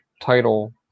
title